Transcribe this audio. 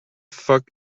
fuck